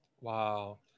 wow